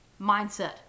Mindset